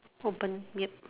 open yup